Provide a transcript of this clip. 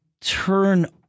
turn